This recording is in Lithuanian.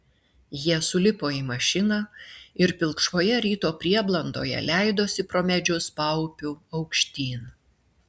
jie sulipo į mašiną ir pilkšvoje ryto prieblandoje leidosi pro medžius paupiu aukštyn